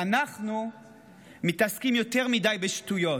ואנחנו מתעסקים יותר מדי בשטויות.